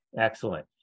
Excellent